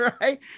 right